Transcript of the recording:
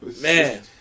Man